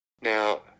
Now